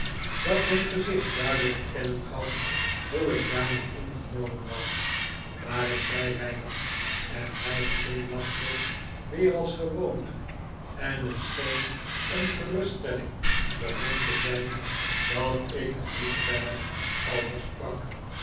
dat mijn gezicht duidelijk te kennen gaf hoe ik daarmee ingenomen was maar ik zei weinig en hij glimlachte weer als gewoonlijk en het scheen een geruststelling voor hem te zijn dat ik er niet verder over sprak